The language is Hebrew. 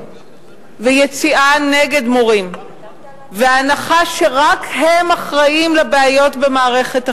ויציאה נגד מורים וההנחה שרק הם אחראים לבעיות במערכת החינוך,